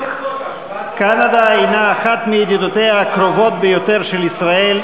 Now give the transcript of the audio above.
קנדה הנה אחת מידידותיה הקרובות ביותר של ישראל,